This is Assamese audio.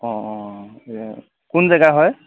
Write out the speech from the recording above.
অঁ অঁ কোন জেগাৰ হয়